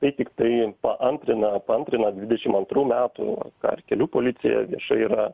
tai tiktai paantrina paantrina dvidešim antrų metų kelių policija viešai yra